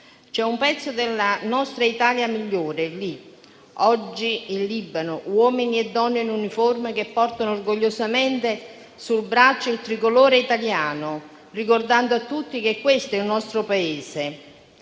C'è un pezzo della nostra Italia migliore lì oggi in Libano, uomini e donne in uniforme che portano orgogliosamente sul braccio il tricolore italiano, ricordando a tutti quello che fa il nostro Paese